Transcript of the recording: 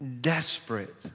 desperate